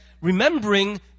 remembering